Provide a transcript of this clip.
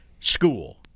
School